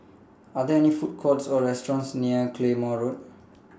Are There any Food Courts Or restaurants near Claymore Road